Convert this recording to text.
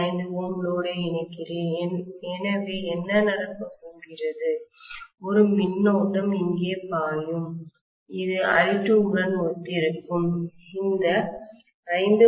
5 Ω லோடை இணைக்கிறேன் எனவே என்ன நடக்கப் போகிறது ஒரு மின்னோட்டம் இங்கே பாயும் இது I2 உடன் ஒத்திருக்கும் இந்த 5